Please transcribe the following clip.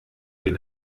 den